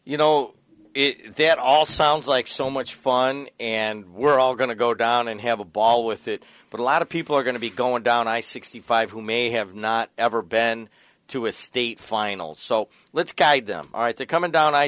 you know that all sounds like so much fun and we're all going to go down and have a ball with it but a lot of people are going to be going down i sixty five who may have not ever been to a state final so let's guide them i think coming down i